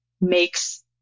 makes